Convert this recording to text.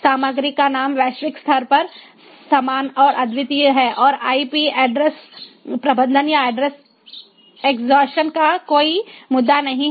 सामग्री का नाम वैश्विक स्तर पर समान और अद्वितीय है और आईपी ऐड्रेस प्रबंधन या एड्रेस एग्जॉशन का कोई मुद्दा नहीं है